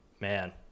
man